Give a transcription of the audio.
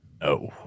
No